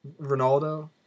Ronaldo